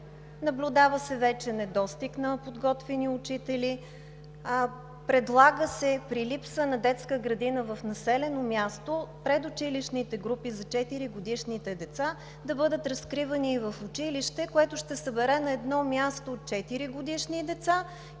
Наблюдава се вече недостиг на подготвени учители. Предлага се при липса на детска градина в населено място предучилищните групи за 4-годишните деца да бъдат разкривани и в училище, което ще събере на едно място 4-годишни деца